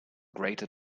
greater